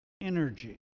energy